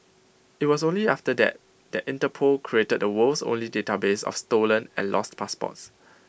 IT was only after that that Interpol created the world's only database of stolen and lost passports